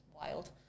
wild